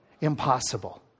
impossible